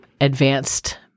advanced